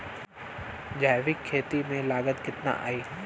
जैविक खेती में लागत कितना आई?